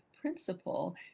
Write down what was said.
principle